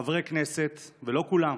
חברי כנסת, לא כולם,